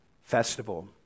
festival